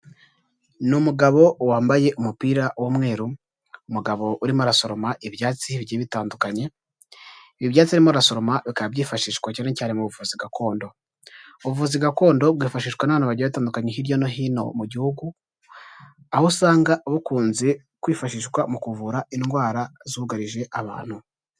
Ni umugabo wambaye umupira w'umweru, umugabo urimo arasoroma ibyatsi bigiye bitandukanye, ibyatsi arimo arasoroma bikaba byifashishwa cyane cyane mu buvuzi gakondo, ubuvuzi gakondo bwifashishwa n'abantu bagiye batandukanye hirya no hino mu gihugu, aho usanga bukunze kwifashishwa mu kuvura indwara zugarije abantu.